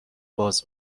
باز